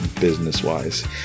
business-wise